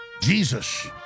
Jesus